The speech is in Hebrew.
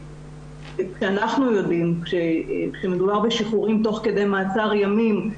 וכשאנחנו יודעים שמדובר בשחרורים תוך כדי מעצר ימים,